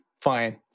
Fine